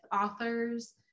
authors